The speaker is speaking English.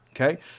Okay